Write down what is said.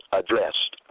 addressed